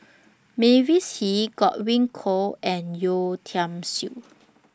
Mavis Hee Godwin Koay and Yeo Tiam Siew